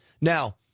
Now